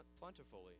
plentifully